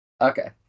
Okay